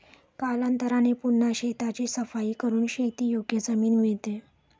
कालांतराने पुन्हा शेताची सफाई करून शेतीयोग्य जमीन मिळते